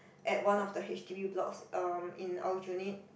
at one of the h_d_b blocks um in Aljunied